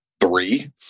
three